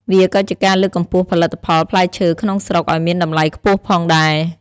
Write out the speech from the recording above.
វាក៏ជាការលើកកម្ពស់ផលិតផលផ្លែឈើក្នុងស្រុកឱ្យមានតម្លៃខ្ពស់ផងដែរ។